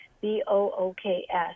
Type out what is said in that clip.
B-O-O-K-S